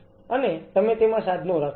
અને તમે તેમાં સાધનો રાખો છો